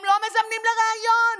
הם לא מזמנים לריאיון,